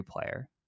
player